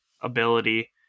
ability